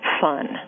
fun